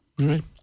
Right